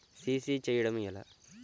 CC చేయడము ఎలా?